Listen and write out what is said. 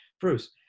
Bruce